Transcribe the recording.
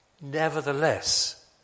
nevertheless